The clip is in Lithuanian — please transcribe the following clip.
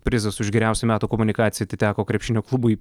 prizas už geriausią metų komunikaciją atiteko krepšinio klubui